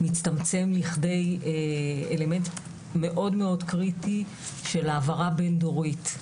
מצטמצם לכדי אלמנט מאוד מאוד קריטי של העברה בין דורית.